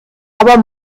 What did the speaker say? aber